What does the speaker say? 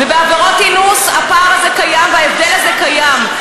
ובעבירות אינוס הפער הזה קיים וההבדל הזה קיים,